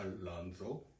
Alonso